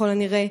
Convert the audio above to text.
ככל הנראה,